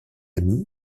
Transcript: amie